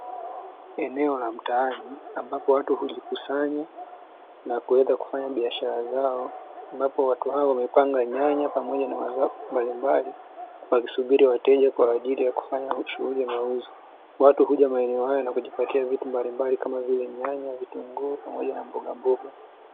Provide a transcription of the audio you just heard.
Eneo la mtaani ambapo watu hujikusanya na kuweza kufanya biashara zao, ambapo watu hawa hupanga nyanya pamoja na mazao mbalimbali, wakisubiri wateja kwa ajili ya kufanya shughuli ya mauzo. Watu huja maeneo haya na kujipatia vitu mbalimbali kama vile nyanya, vitunguu pamoja na mbogamboga.